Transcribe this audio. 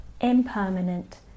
impermanent